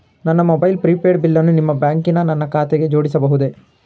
ನನ್ನ mobile prepaid ಬಿಲ್ಲನ್ನು ನಿಮ್ಮ ಬ್ಯಾಂಕಿನ ನನ್ನ ಖಾತೆಗೆ ಜೋಡಿಸಬಹುದೇ?